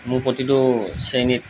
মোৰ প্ৰতিটো শ্ৰেণীত